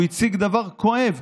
הוא הציג דבר כואב.